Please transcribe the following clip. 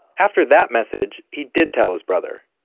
after that message, he did tell his brother.